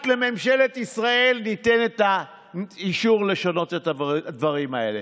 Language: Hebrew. רק לממשלת ישראל ניתן האישור לשנות את הדברים האלה.